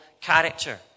character